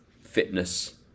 fitness